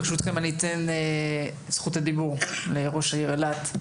ברשותכם, אני אתן את זכות הדיבור לראש העיר אילת.